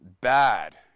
bad